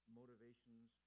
motivations